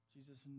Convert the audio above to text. Jesus